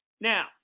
Now